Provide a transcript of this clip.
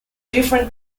different